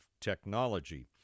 technology